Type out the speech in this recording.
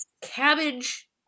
cabbage